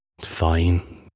fine